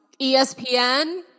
ESPN